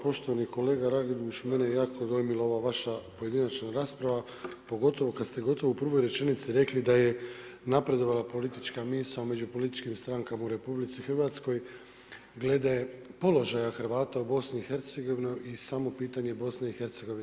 Poštovani kolega Raguž, mene je jako dojmila ova vaša pojedinačna rasprava, pogotovo kada ste u prvoj rečenici rekli da je napredovala politička misao među političkim strankama u RH glede položaja Hrvata u BiH i samo pitanje BiH.